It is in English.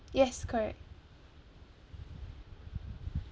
yes correct